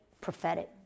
prophetic